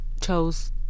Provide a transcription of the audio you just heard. chose